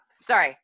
sorry